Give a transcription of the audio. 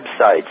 websites